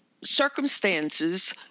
circumstances